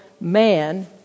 man